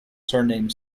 surname